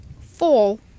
Fall